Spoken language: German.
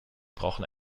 brauchen